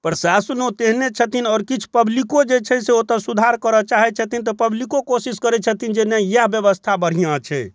प्रसाशनो तेहने छथिन आओर किछु पब्लिको जे छै से ओतऽ सुधार करऽ चाहै छथिन तऽ पब्लिको कोशिश करै छथिन जे नैहियाह बेबस्था बढ़ियाँ छै